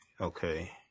Okay